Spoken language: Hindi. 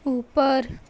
ऊपर